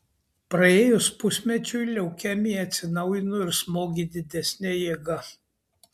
praėjus pusmečiui leukemija atsinaujino ir smogė didesne jėga